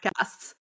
podcasts